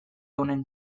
honen